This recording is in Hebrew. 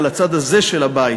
על הצד הזה של הבית.